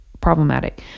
problematic